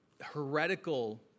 heretical